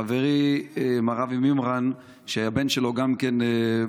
חברי מר אבי מימרן, שהבן שלו גם כן,